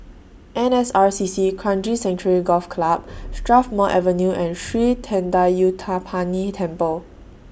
N S R C C Kranji Sanctuary Golf Club Strathmore Avenue and Sri Thendayuthapani Temple